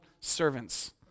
servants